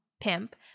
Pimp